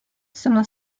sono